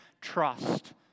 trust